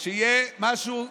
שיהיה משהו יציב,